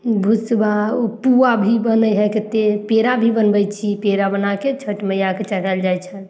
भुसबा ओ पुआ भी बनय हइ कते पेड़ा भी बनबय छी पेड़ा बनाकऽ छठ मइयाके चढ़ाओल जाइ छनि